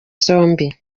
zombi